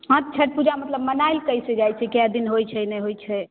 हाँ छठि पूजा मतलब मनायल कैसे जाइ छै कए दिन होइ छै नहि होइ छै